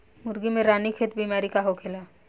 मुर्गी में रानीखेत बिमारी का होखेला?